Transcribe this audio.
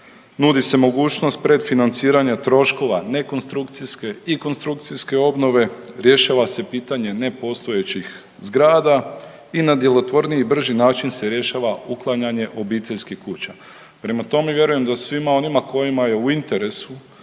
nudi se mogućnost predfinanciranja troškova nekonstrukcijske i konstrukcijske obnove, rješava se pitanje nepostojećih zgrada i na djelotvorniji i brži način se rješava uklanjanje obiteljskih kuća. Prema tome, vjerujem da svima onima kojima je u interesu